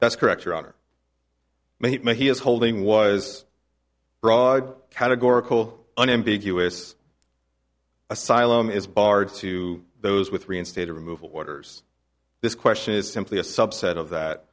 that's correct your honor he is holding was broad categorical unambiguous asylum is barred to those with reinstated removal waters this question is simply a subset of that